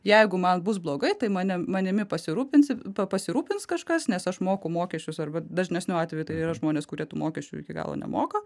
jeigu man bus blogai tai mane manimi pasirūpinsi pasirūpins kažkas nes aš moku mokesčius arba dažnesniu atveju tai yra žmonės kurie tų mokesčių iki galo nemoka